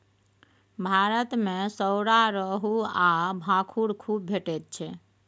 भारत मे सौरा, रोहू आ भाखुड़ खुब भेटैत छै